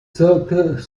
hôtes